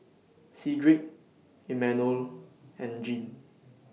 Cedric Imanol and Jean